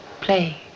Play